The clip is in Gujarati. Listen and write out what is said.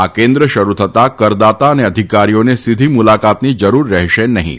આ કેન્દ્ર શરૂ થતા કરદાતા અને અધિકારીઓને સીધી મુલાકાતની જરૂર રહેશે નહીં